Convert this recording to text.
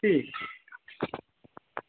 ठीक